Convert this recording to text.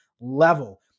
level